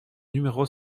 numéro